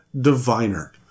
diviner